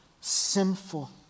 sinful